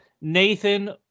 Nathan